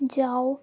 जाओ